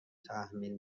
تحمیل